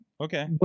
okay